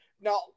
now